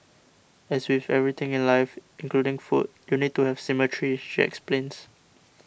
as with everything in life including food you need to have symmetry she explains